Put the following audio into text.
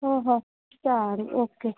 હં હં સારું ઓકે